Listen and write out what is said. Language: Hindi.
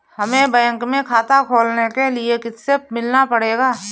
हमे बैंक में खाता खोलने के लिए किससे मिलना पड़ेगा?